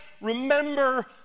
remember